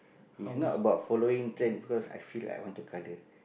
is not about following trend because I feel like I want to colour